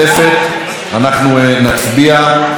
אנחנו נצביע עליה.